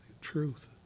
truth